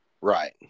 Right